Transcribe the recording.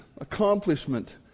accomplishment